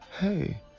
hey